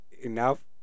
enough